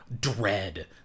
dread